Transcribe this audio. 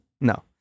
No